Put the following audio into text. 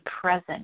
present